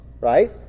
right